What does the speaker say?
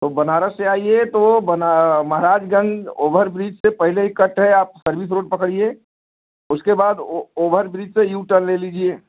तो बनारस से आइए तो महाराजगंज ओवरब्रिज से पहले ही कट है आप सर्विस रोड पकड़िए उसके बाद ओवरब्रिज से यू टर्न ले लीजिए